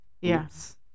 Yes